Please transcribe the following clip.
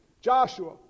joshua